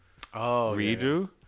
redo